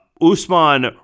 Usman